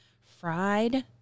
fried